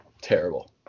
Terrible